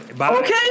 Okay